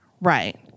right